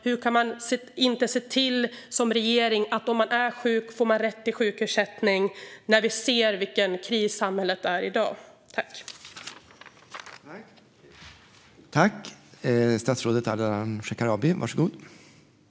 Hur kan man som regering inte se till att om människor är sjuka får de rätt till sjukersättning, när vi ser vilken kris samhället befinner sig i?